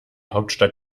hauptstadt